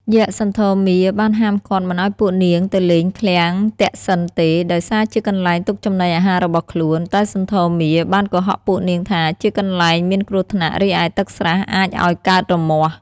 យក្ខសន្ធមារបានហាមឃាត់មិនឲ្យពួកនាងទៅលេងឃ្លាំងទក្សិណទេ ដោយសារជាកន្លែងទុកចំណីអាហាររបស់ខ្លួន តែសន្ធមារបានកុហកពួកនាងថាជាកន្លែងមានគ្រោះថ្នាក់ រីឯទឹកស្រះអាចឲ្យកើតរមាស់។